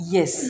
Yes